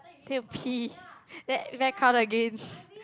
going to pee then very crowded again